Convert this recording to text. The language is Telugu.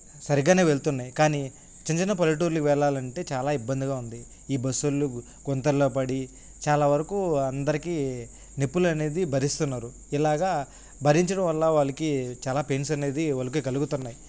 సరిగ్గా వెళ్తున్నాయి కానీ చిన్న చిన్న పల్లెటూర్లు వెళ్ళాలంటే చాలా ఇబ్బందిగా ఉంది ఈ బస్సులు గుంతలలో పడి చాలా వరకు అందరికి నొప్పులు అనేది భరిస్తున్నారు ఇలాగ భరించడం వల్ల వాళ్ళకి చాలా పెయిన్స్ అనేది వాళ్ళకి కలుగుతున్నాయి